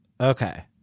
Okay